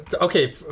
okay